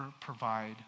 provide